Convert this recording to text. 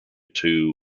two